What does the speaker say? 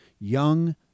Young